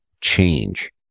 change